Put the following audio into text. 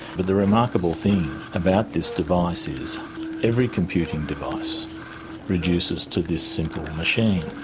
but the remarkable thing about this device is every computing device reduces to this simple machine.